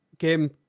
Game